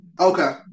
Okay